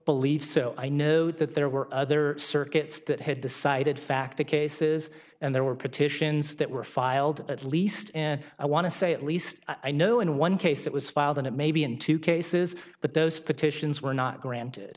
believe so i know that there were other circuits that had decided factor cases and there were petitions that were filed at least and i want to say at least i know in one case it was filed and it may be in two cases but those petitions were not granted